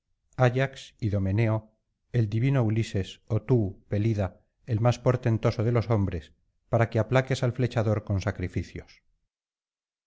ayax idomeneo el divino ulises ó tú pelida el más portentoso de los hombres para que aplaques al flechador con sacrificios